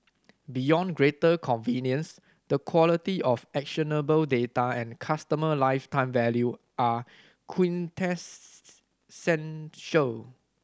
beyond greater convenience the quality of actionable data and customer lifetime value are quintessential